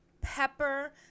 pepper